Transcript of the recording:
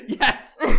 Yes